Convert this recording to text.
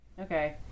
Okay